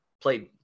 played